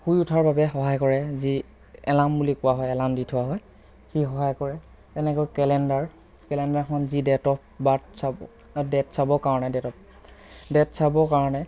শুই উঠাৰ বাবে সহায় কৰে যি এলাৰ্ম বুলি কোৱা হয় এলাৰ্ম দি থোৱা হয় সি সহায় কৰে এনেকৈ কেলেণ্ডাৰ কেলেণ্ডাৰখন যি ডেট অফ বাৰ্থ চাব ডেট চাবৰ কাৰণে ডেটত ডেট চাবৰ কাৰণে